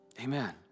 Amen